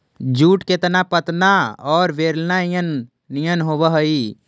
jute के तना पतरा औउर बेलना निअन होवऽ हई